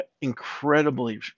incredibly